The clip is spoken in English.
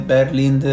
Berlin